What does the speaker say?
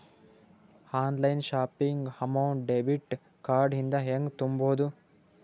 Online shopping amount debit card ಇಂದ ಹೆಂಗ್ ತುಂಬೊದು?